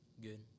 Good